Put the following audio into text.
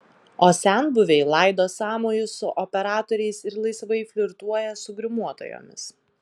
o senbuviai laido sąmojus su operatoriais ir laisvai flirtuoja su grimuotojomis